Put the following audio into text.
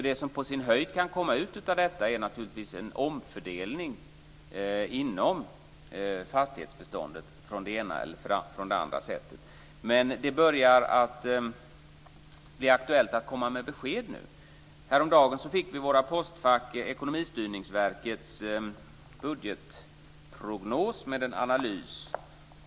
Det som på sin höjd kan komma ut av detta är alltså en omfördelning inom fastighetsbeståndet på det ena eller andra sättet. Men det börjar bli aktuellt att komma med besked nu! Häromdagen fick vi i våra postfack Ekonomistyrningsverkets budgetprognos med en analys.